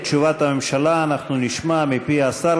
את תשובת הממשלה אנחנו נשמע מפי השר